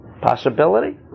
Possibility